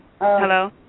Hello